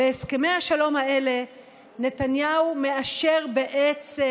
בהסכמי השלום האלה נתניהו מאשר בעצם